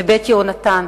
ב"בית יהונתן",